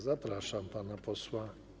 Zapraszam pana posła.